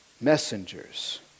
messengers